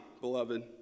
beloved